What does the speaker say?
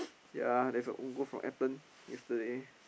ya there's a own goal from Ethan yesterday